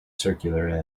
circular